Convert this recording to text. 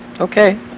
okay